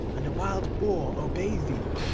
and the wild boar obey thee?